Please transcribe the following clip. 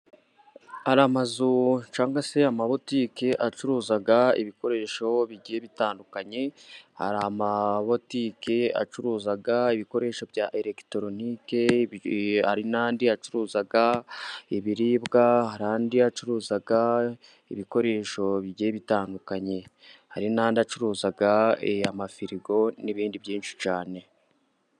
Hari amazu cyangwa se amabotike acuruza ibikoresho bigiye bitandukanye, hari amabotike acuruza ibikoresho bya elegitoronike, hari n'andi acuruza ibiribwa, hari andi acuruza ibikoresho bigiye bitandukanye, hari n'andi acuruza amafirigo n'ibindi byinshi cyane.